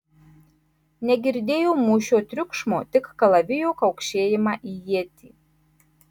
negirdėjo mūšio triukšmo tik kalavijo kaukšėjimą į ietį